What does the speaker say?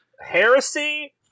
Heresy